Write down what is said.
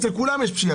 אצל כולם יש פשיעה.